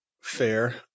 Fair